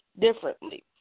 differently